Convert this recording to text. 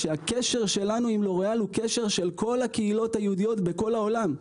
הקשר שלנו עם לוריאל הוא קשר של כל הקהילות היהודיות בכל העולם.